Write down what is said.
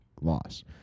loss